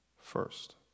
first